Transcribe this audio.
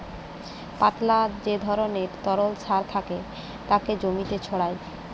পাতলা যে ধরণের তরল সার থাকে তাকে জমিতে ছড়ায়